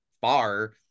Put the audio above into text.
far